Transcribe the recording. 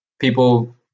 people